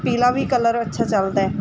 ਪੀਲਾ ਵੀ ਕਲਰ ਅੱਛਾ ਚੱਲਦਾ